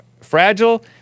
fragile